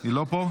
היא לא פה?